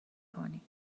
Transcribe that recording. کنی